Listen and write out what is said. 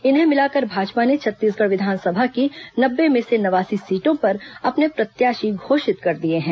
इन्हें मिलाकर भाजपा ने छत्तीसगढ़ विधानसभा की नब्बे में से नवासी सीट पर अपने प्रत्याशी घोषित कर दिए हैं